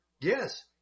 Yes